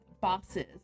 bosses